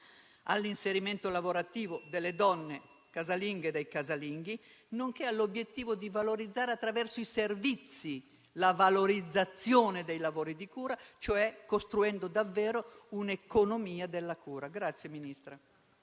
all'inserimento lavorativo delle donne casalinghe e dei casalinghi, nonché all'obiettivo di valorizzare attraverso i servizi i lavori di cura, cioè costruendo davvero un'economia della cura.